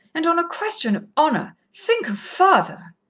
and on a question of honour think father!